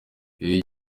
uyu